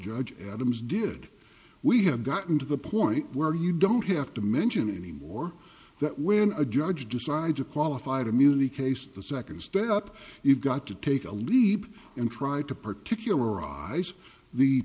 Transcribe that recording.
judge adams did we have gotten to the point where you don't have to mention anymore that when a judge decides a qualified immunity case the second step you've got to take a leap and try to particularize the